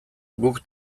guk